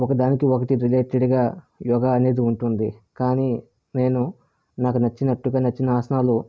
ఒకదానికి ఒకటి రిలేటెడ్ గా యోగా అనేది ఉంటుంది కానీ నేను నాకు నచ్చినట్టుగా నచ్చిన ఆసనాలు